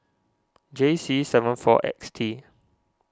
J C seven four X T